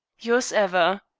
yours ever,